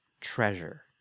treasure